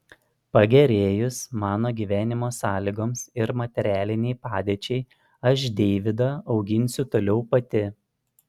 pagerėjus mano gyvenimo sąlygoms ir materialinei padėčiai aš deivydą auginsiu toliau pati